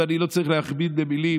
ואני לא צריך להכביר מילים,